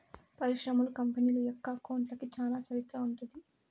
పరిశ్రమలు, కంపెనీల యొక్క అకౌంట్లకి చానా చరిత్ర ఉంటది